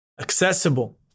accessible